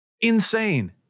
insane